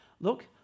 look